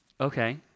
Okay